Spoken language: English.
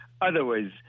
otherwise